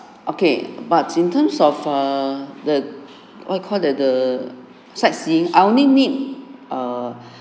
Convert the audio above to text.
okay but in terms of err the what you call that the sightseeing I only need err